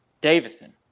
Davison